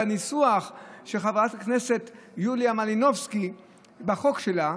בניסוח של חברת הכנסת יוליה מלינובסקי בחוק שלה,